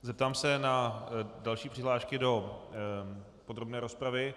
Zeptám se na další přihlášky do podrobné rozpravy.